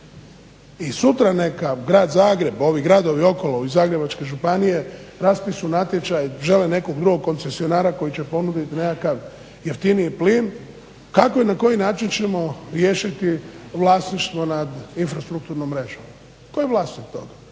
i sutra neka Grad Zagreb, ovi gradovi okolo, ove Zagrebačke županije raspišu natječaj, žele nekog drugog koncesionara koji će ponuditi nekakav jeftiniji plin, kako i na koji način ćemo riješiti vlasništvo nad infrastrukturnom mrežom. Ko je vlasnik toga,